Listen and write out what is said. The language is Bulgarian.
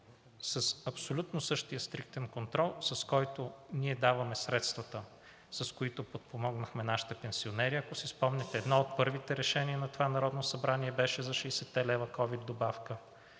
с абсолютно същия стриктен контрол, с който ние даваме средствата, с които подпомогнахме нашите пенсионери. Ако си спомняте, едно от първите решения на това Народно събрание беше за 60 лв. ковид добавка